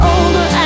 Older